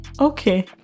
Okay